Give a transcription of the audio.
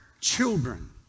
children